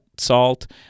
salt